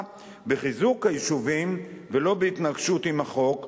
בחיזוק היישובים ולא בהתנגשות עם החוק,